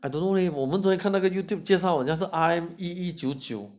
I don't know leh 嘞我们昨天看到个 Youtube 介绍我那架是 R_M 一一九九